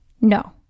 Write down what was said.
No